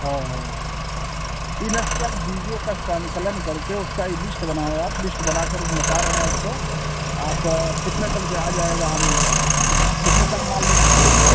हाँ हाँ इन सब बीजों का संकलन करके उसका एक लीश्ट बनाओ आप लीश्ट बनाकर हम बता रहें हैं उसको आप कितने टन का आ जाएगा हम कितने तक माल दे सकते हैं